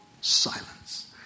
silence